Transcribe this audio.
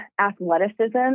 athleticism